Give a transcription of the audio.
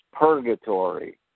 purgatory